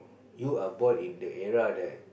you are born in the era that